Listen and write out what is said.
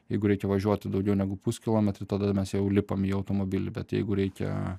jeigu reikia važiuoti daugiau negu puskilometrį tada mes jau lipame į automobilį bet jeigu reikia